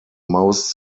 most